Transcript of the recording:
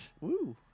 Woo